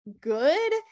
good